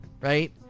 right